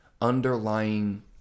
underlying